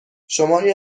شماری